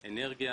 אנרגיה,